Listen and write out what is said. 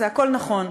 זה הכול נכון.